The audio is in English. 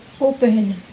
open